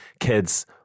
kids